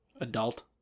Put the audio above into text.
Adult